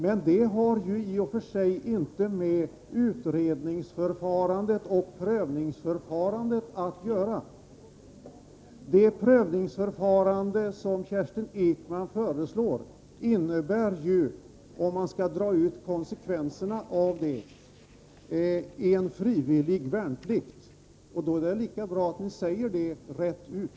Men det har ju i och för sig inte med utredningsförfarandet och prövningsförfarandet att göra. Det prövningsförfarande som Kerstin Ekman föreslår innebär ju, om man drar ut konsekvenserna av det, en frivillig värnplikt, och då är det lika bra att hon säger det rätt ut.